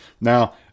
Now